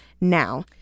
now